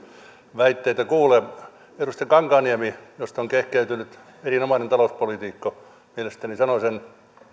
väitteitä kuulee edustaja kankaanniemi josta on kehkeytynyt erinomainen talouspoliitikko mielestäni sanoi sen